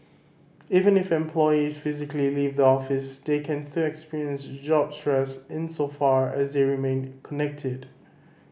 even if employees physically leave the office they can still experience job stress insofar as they remain connected